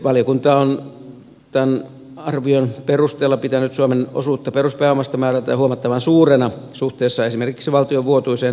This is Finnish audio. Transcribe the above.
valiokunta on tämän arvion perusteella pitänyt suomen osuutta peruspääomasta määrältään huomattavan suurena suhteessa esimerkiksi valtion vuotuiseen talousarvioon